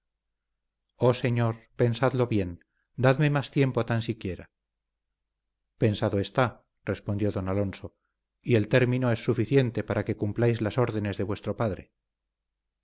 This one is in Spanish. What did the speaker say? oh señor pensadlo bien dadme más tiempo tan siquiera pensado está respondió don alonso y el término es suficiente para que cumpláis las órdenes de vuestro padre